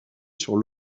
sur